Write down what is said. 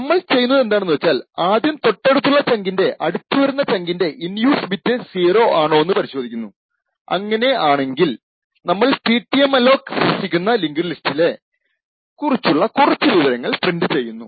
നമ്മൾ ചെയ്യുന്നതെന്താണെന്നു വച്ചാൽ ആദ്യം തൊട്ടടുത്തുള്ള ചങ്കിന്റെ അടുത്ത് വരുന്ന ചങ്കിന്റെ ഇൻ യൂസ് ബിറ്റ് 0 ആണോന്ന് പരിശോധിക്കുന്നു അങ്ങനെ ആണെങ്കിൽ നമ്മൾ പിട്ടിഎംഅലോക് സൂക്ഷിക്കുന്ന ലിങ്ക്ഡ് ലിസ്റ്റിനെ കുറിച്ചുള്ള കുറച്ച് വിവരങ്ങൾ പ്രിൻറ് ചെയ്യുന്നു